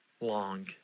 long